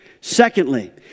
Secondly